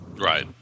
right